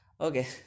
okay